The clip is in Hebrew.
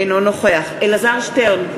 אינו נוכח אלעזר שטרן,